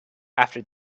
after